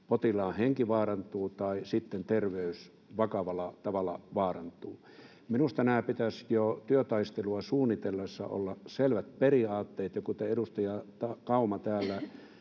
potilaan henki vaarantuu tai sitten terveys vakavalla tavalla vaarantuu. Minusta pitäisi jo työtaistelua suunnitellessa olla selvät periaatteet. Kuten edustaja Kauma täällä